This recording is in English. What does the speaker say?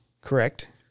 Correct